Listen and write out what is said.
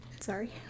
sorry